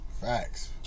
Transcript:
facts